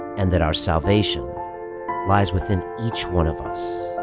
and that our salvation lies within each one of us.